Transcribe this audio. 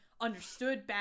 understood